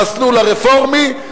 במסלול הרפורמי,